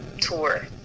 tour